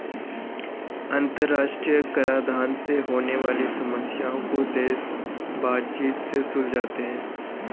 अंतरराष्ट्रीय कराधान से होने वाली समस्याओं को देश बातचीत से सुलझाते हैं